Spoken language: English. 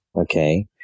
okay